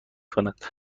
کند